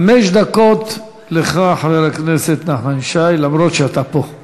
חמש דקות לך, חבר הכנסת נחמן שי, אפילו שאתה פה.